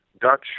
Dutch